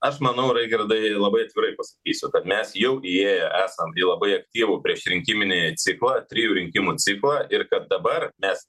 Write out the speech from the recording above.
aš manau raigardai labai atvirai pasakysiu kad mes jau įėję esam labai aktyvų priešrinkiminįjį ciklą trijų rinkimų ciklą ir kad dabar mes